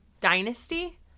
Dynasty